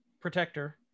protector